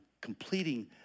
completing